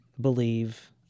believe